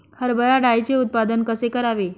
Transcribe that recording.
हरभरा डाळीचे उत्पादन कसे करावे?